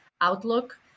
outlook